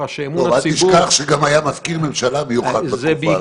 אל תשכח שגם היה מזכיר ממשלה מיוחד בתקופה הזאת.